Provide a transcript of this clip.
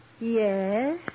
Yes